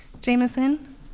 Jameson